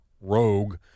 rogue